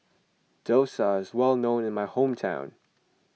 Dosa is well known in my hometown